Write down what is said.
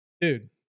Dude